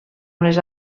unes